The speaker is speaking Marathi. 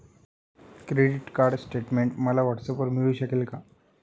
क्रेडिट कार्ड स्टेटमेंट मला व्हॉट्सऍपवर मिळू शकेल का?